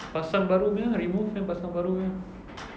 pasang baru punya remove then pasang baru punya